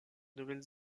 nouvelle